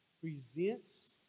presents